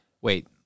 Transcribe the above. Wait